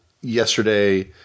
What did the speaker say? yesterday